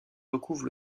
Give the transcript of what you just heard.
recouvre